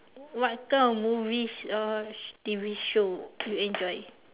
what kind of movies or T_V show you enjoy